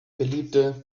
beliebte